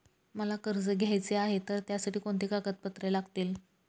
मला कर्ज घ्यायचे आहे तर त्यासाठी कोणती कागदपत्रे लागतील?